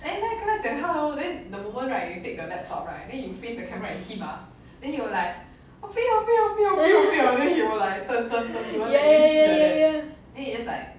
ya ya ya ya